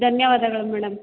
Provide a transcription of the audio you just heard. ಧನ್ಯವಾದಗಳು ಮೇಡಮ್